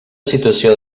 situació